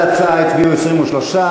התשע"ג 2013,